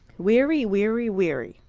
weary, weary, weary.